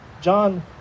John